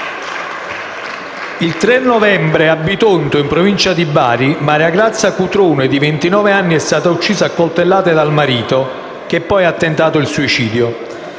Il 3 novembre a Bitonto, in provincia di Bari, Mariagrazia Cutrone, di ventinove anni è stata uccisa a coltellate dal marito, che poi ha tentato il suicidio.